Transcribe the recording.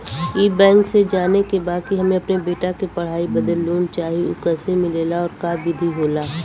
ई बैंक से जाने के बा की हमे अपने बेटा के पढ़ाई बदे लोन चाही ऊ कैसे मिलेला और का विधि होला?